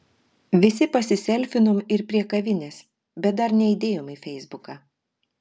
visi pasiselfinom ir prie kavinės bet dar neįdėjom į feisbuką